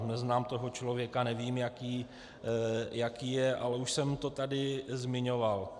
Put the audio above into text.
Neznám toho člověka, nevím, jaký je, ale už jsem to tady zmiňoval.